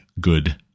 good